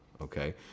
Okay